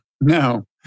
No